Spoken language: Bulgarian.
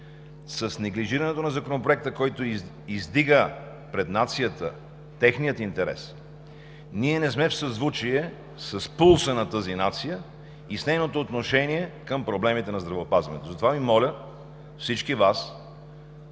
с неглижирането на Законопроекта, който издига пред нацията техния интерес, ние не сме в съзвучие с пулса на тази нация и с нейното отношение към проблемите на здравеопазването. Затова Ви моля, всички Вас,